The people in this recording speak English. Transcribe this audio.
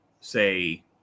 say